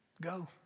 go